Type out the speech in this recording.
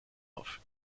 auf